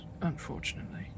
unfortunately